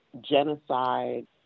genocide